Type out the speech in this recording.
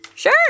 Sure